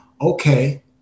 okay